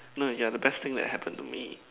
no you're the best thing that happened to me